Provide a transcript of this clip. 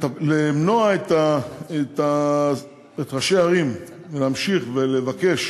למנוע מראשי הערים להמשיך ולבקש